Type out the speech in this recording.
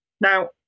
Now